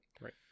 right